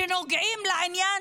שנוגעים לעניין